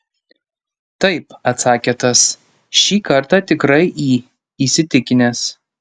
taip atsakė tas šį kartą tikrai į įsitikinęs